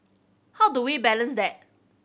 how do we balance that